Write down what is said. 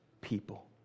people